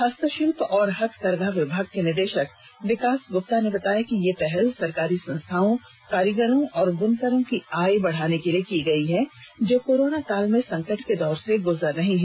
हस्तशिल्प और हथकरघा विभाग के निदेशक विकास गुप्ता ने बताया कि यह पहल सहकारी संस्थाओं कारीगरों और बुनकरों की आय बढाने के लिए की गई है जो कोरोना काल में संकट के दौर से गुजर रहे हैं